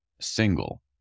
single